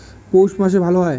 পৌষ মাসে ভালো হয়?